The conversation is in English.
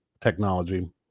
technology